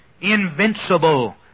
invincible